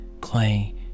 clay